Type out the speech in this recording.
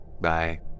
Bye